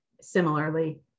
Similarly